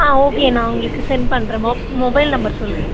ஆ okay நான் உங்களுக்கு send பண்ணுறேன் மொ மொபைல் நம்பர் சொல்லுங்க